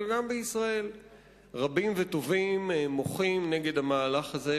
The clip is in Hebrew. אבל גם בישראל רבים וטובים מוחים נגד המהלך הזה,